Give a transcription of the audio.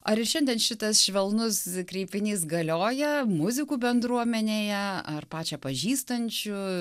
ar ir šiandien šitas švelnus kreipinys galioja muzikų bendruomenėje ar pačią pažįstančių